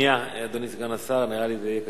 להעביר את הנושא לוועדת הכספים נתקבלה.